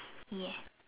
ya